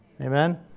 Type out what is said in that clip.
Amen